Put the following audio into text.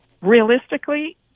Realistically